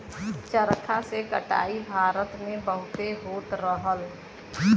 चरखा से कटाई भारत में बहुत होत रहल